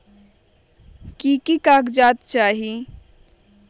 की की कागज़ात चाही?